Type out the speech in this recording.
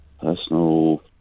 Personal